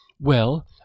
Well